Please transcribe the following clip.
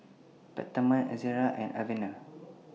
Peptamen Ezerra and Avene